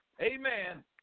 Amen